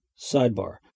Sidebar